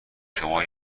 شما